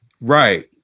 Right